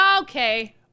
Okay